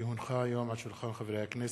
כי הונחה היום על שולחן הכנסת,